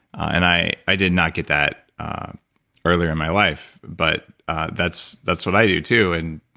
and i i did not get that earlier in my life, but that's that's what i do too. and